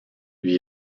lui